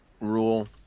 rule